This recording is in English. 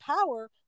power